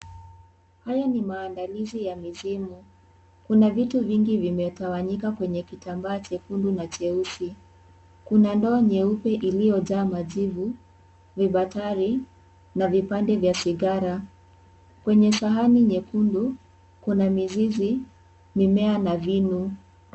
Haya ni maandalizi ya mizimu. Kuna vitu vingi vimetawanyika kwenye kitambaa chekundu na cheusi. KUna ndoo nyeupe iliyojaa majivu, vibatari na vipande vya sigara. Kwenye sahani nyekundu kuna mizizi, mimea na vinu.